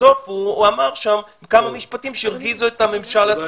בסוף הוא אמר שם כמה משפטים שהרגיזו את הממשל הצרפתי.